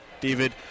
David